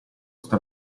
sta